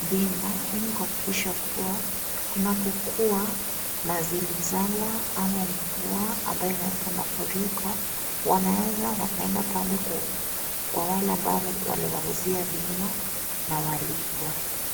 bima ili kuhakikisha kuwa kunapokuwa na zilizala ama mvua ambayo inaleta mafuriko, wanaweza wakaenda pale kwa wale ambao waliwauzia bima na walipwe.